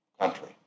country